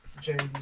James